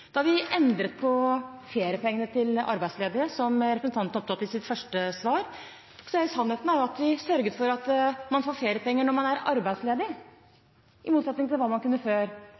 Vi endret på feriepengene til arbeidsledige, som representanten var opptatt av i sitt første spørsmål, og sannheten er at vi sørger for at man får feriepenger når man er arbeidsledig i motsetning til hva man